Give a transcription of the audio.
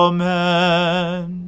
Amen